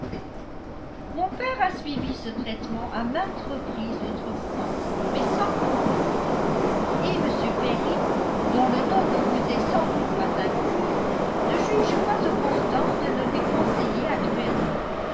mon père a suivi ce traitement à maintes reprises autrefois mais sans profit et m perry dont le nom ne vous est sans doute pas inconnu ne juge pas opportun de le lui conseiller actuellement